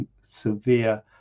severe